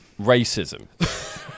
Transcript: racism